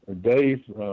Dave